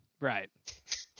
Right